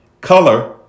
color